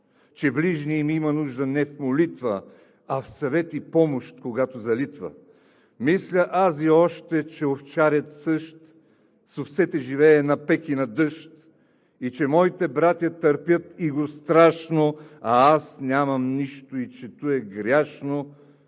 че ближний ми има нужда не в молитва, а в съвет и помощ, когато залитва; мисля ази още, че овчарят същ с овцете живее на пек и на дъжд и че мойте братя търпят иго страшно, а аз нямам нищо, и че туй е гряшно,